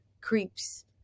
creeps